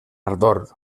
ardor